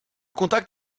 contact